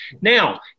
Now